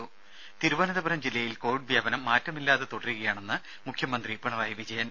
ത തിരുവനന്തപുരം ജില്ലയിൽ കോവിഡ് വ്യാപനം മാറ്റമില്ലാതെ തുടരുകയാണെന്ന് മുഖ്യമന്ത്രി പിണറായി വിജയൻ